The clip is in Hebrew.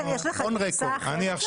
איתן, יש לך גרסה אחרת?